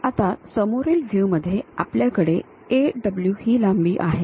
आता समोरील व्ह्यू मध्ये आपल्याकडे A W ही लांबी आहे